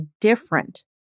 different